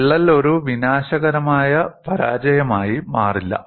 വിള്ളൽ ഒരു വിനാശകരമായ പരാജയമായി മാറില്ല